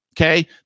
Okay